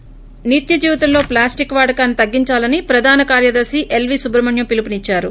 ి నిత్య జీవితంలో ప్లాస్టిక్ వాడకాన్సి తగ్గించాలని ప్రదాన కార్యదర్శి ఎల్ వి సుబ్రహ్మణ్యం పిలుపు ఇచ్చారు